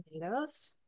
tomatoes